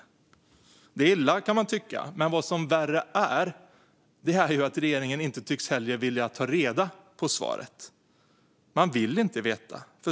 Detta är illa, kan man tycka, men än värre är att regeringen inte tycks vilja ta reda på svaret. Man vill inte veta.